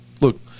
Look